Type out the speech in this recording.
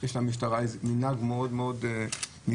יש למשטרה איזה מנהג מאוד מיוחד,